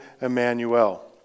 Emmanuel